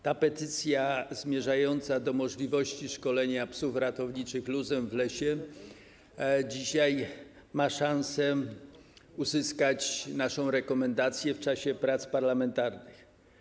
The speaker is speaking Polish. Ta petycja zmierzająca do realizacji możliwości szkolenia psów ratowniczych luzem w lesie dzisiaj ma szansę uzyskać naszą rekomendację w czasie prac parlamentarnych.